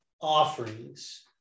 offerings